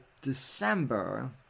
December